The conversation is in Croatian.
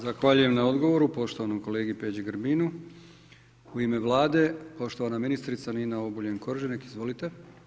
Zahvaljujem na odgovoru, poštovanom kolegi Peđi Grbinu, u ime Vlade, poštovana ministrica Nina Obuljen Koržinek, izvolite.